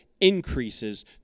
increases